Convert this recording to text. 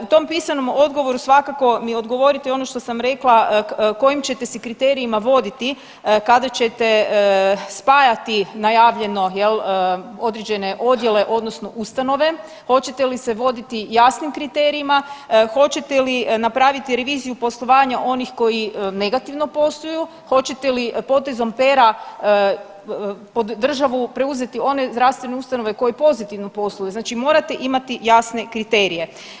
U tom pisanom odgovoru svakako mi odgovorite ono što sam rekla kojim ćete se kriterijima voditi kada ćete spajati najavljeno određen odjele odnosno ustanove hoćete li se voditi jasnim kriterijima, hoćete li napraviti reviziju poslovanja onih koji negativno posluju, hoćete li potezom pera pod državu preuzeti one zdravstvene ustanove koje pozitivno posluju, znači morate imati jasne kriterije.